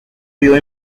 vio